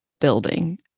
building